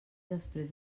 després